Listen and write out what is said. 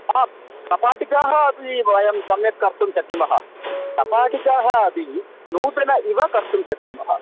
हा कपाटिकाः अपि वयं सम्यक् कर्तुं शक्नुमः कपाटिकाम् अपि नूतना इव कर्तुं शक्नुमः